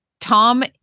Tom